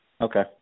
Okay